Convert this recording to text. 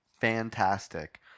Fantastic